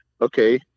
okay